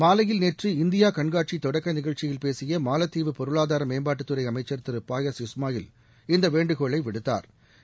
மாலையில் நேற்று இந்தியா கண்காட்சி தொடக்க நிகழ்ச்சியில் பேசிய மாலத்தீவு பொருளாதார மேம்பாட்டுத்துறை அமைச்சர் திரு பாயஸ் இஸ்மாயில் இந்த வேண்டுகோலை விடுத்தாா்